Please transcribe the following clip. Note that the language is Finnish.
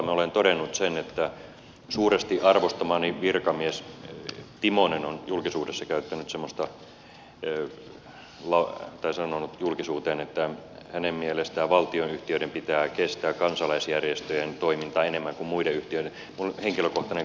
minä olen todennut sen kun suuresti arvostamani virkamies timonen on sanonut julkisuuteen että hänen mielestään valtionyhtiöiden pitää kestää kansalaisjärjestöjen toimintaa enemmän kuin muiden yhtiöiden että minun henkilökohtainen kantani on toinen